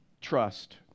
trust